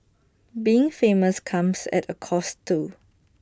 being famous comes at A cost too